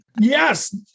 Yes